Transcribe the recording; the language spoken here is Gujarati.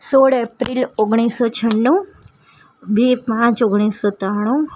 સોળ એપ્રિલ ઓગણીસ સો છન્નું બે પાંચ ઓગણીસ સો ત્રાણું